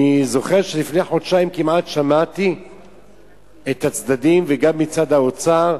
אני זוכר שלפני חודשיים כמעט שמעתי את הצדדים וגם את צד האוצר,